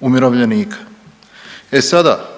umirovljenika. E sada,